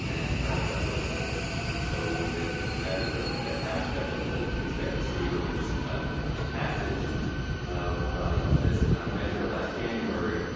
and got it done really quickly. and so if that is ah an aspect of what we could expect to see with this ah passage of this measure last january,